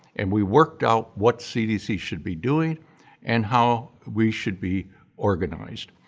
and we worked out what cdc should be doing and how we should be organized.